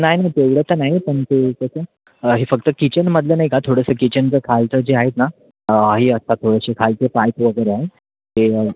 नाही ना तेवढं तर नाही पण ते कसं हे फक्त किचनमधलं नाही का थोडंसं किचनचं खालचं जे आहेत ना हे असतात थोडेसे खालचे पाईप वगैरे आहे ते